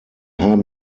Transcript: haben